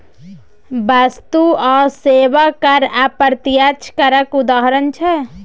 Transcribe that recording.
बस्तु आ सेबा कर अप्रत्यक्ष करक उदाहरण छै